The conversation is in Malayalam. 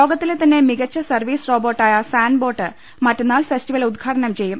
ലോകത്തിലെതന്നെ മികച്ച സർവ്വീസ് റോബോട്ടായ സാൻബോട്ട് മറ്റന്നാൾ ഫെസ്റ്റിവൽ ഉദ്ഘാ ടനം ചെയ്യും